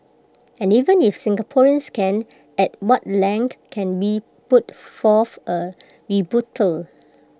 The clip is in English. and even if Singaporeans can at what length can we put forth A rebuttal